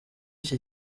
iki